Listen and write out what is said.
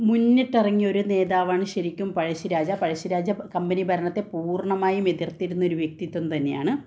മുന്നിട്ട് ഇറങ്ങിയൊരു നേതാവാണ് ശരിക്കും പഴശ്ശിരാജ പഴശ്ശിരാജ കമ്പനി ഭരണത്തെ പൂര്ണ്ണമായും എതിര്ത്തിരുന്ന ഒരു വ്യക്തിത്വം തന്നെയാണ്